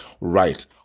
Right